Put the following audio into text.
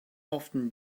often